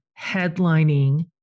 headlining